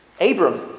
Abram